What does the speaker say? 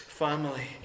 family